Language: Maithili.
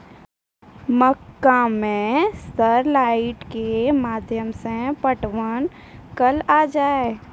मक्का मैं सर लाइट के माध्यम से पटवन कल आ जाए?